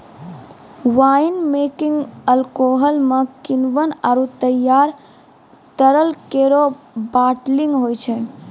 wine making alcohol म किण्वन आरु तैयार तरल केरो बाटलिंग होय छै